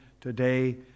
today